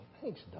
thanks